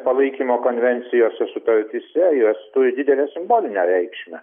palaikymo konvencijose sutartyse jos turi didelę simbolinę reikšmę